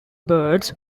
birds